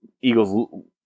Eagles